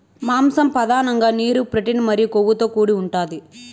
మాంసం పధానంగా నీరు, ప్రోటీన్ మరియు కొవ్వుతో కూడి ఉంటాది